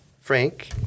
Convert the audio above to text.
Frank